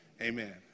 amen